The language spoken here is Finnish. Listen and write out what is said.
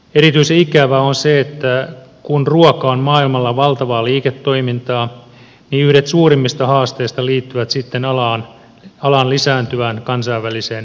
erityisen ikävää on se että kun ruoka on maailmalla valtavaa liiketoimintaa niin yhdet suurimmista haasteista liittyvät sitten alan lisääntyvään kansainväliseen rikollisuuteen